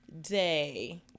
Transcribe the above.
day